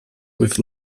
with